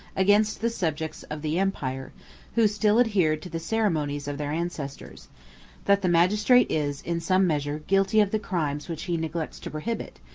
against the subjects of the empire who still adhered to the ceremonies of their ancestors that the magistrate is, in some measure, guilty of the crimes which he neglects to prohibit,